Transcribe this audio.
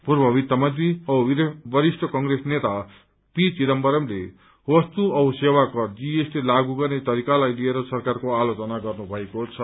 पूर्व वित्त मन्त्री औ वरिष्ठ कंग्रेस नेता पी चिदम्बरमले वस्तु औ सेवा कर जीएसटी लागू गर्ने तरिकालाई लिएर सरकारको आलोचना गर्न भएको छ